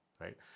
right